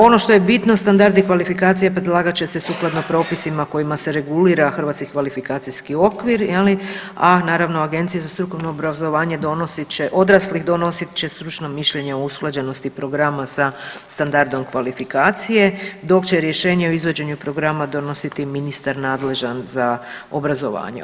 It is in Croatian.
Ono što je bitno standardi i kvalifikacije predlagat će se sukladno propisima kojima se regulira HKO je li, a naravno Agencija za strukovno obrazovanje donosit će, odraslih, donosit će stručno mišljenje o usklađenosti programa sa standardom kvalifikacije dok će rješenje o izvođenju programa donositi ministar nadležan za obrazovanje.